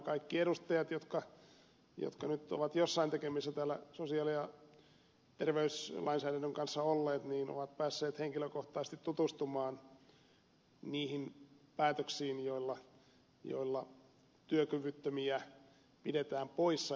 kaikki edustajat jotka nyt ovat joissain tekemisissä sosiaali ja terveyslainsäädännön kanssa olleet ovat päässeet henkilökohtaisesti tutustumaan niihin päätöksiin joilla työkyvyttömiä pidetään poissa eläkkeeltä